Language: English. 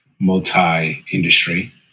multi-industry